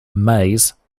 maize